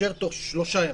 תאשר תוך שלושה ימים,